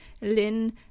Lynn